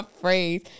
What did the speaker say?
phrase